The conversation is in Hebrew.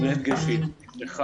שני הדגשים: א',